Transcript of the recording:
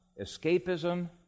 escapism